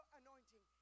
anointing